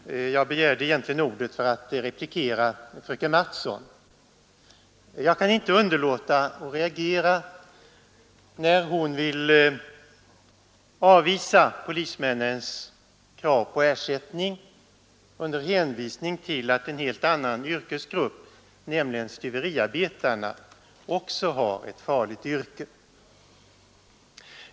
Herr talman! Jag begärde egentligen ordet för att replikera fröken Mattson. Jag kan inte underlåta att reagera när fröken Mattson vill avvisa polismännens krav på ersättning under hänvisning till att en helt annan yrkesgrupp, nämligen stuveriarbetarna, också har ett farligt yrke.